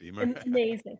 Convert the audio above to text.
amazing